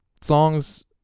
songs